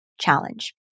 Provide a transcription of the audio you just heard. challenge